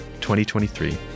2023